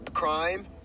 crime